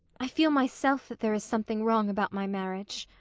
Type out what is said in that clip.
i feel myself that there is something wrong about my marriage.